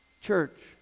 Church